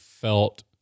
felt